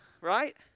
Right